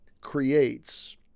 creates